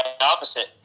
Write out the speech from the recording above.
opposite